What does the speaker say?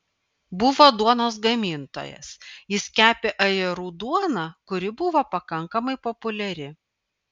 buvo duonos gamintojas jis kepė ajerų duoną kuri buvo pakankamai populiari